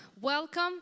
welcome